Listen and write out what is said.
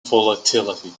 volatility